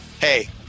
hey